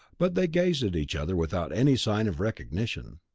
but they gazed at each other without any sign of recognition.